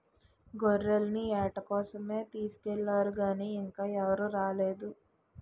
గొర్రెల్ని ఏట కోసమే తీసుకెల్లారు గానీ ఇంకా ఎవరూ రాలేదు